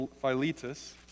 Philetus